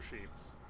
sheets